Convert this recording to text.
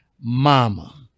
Mama